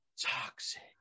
Toxic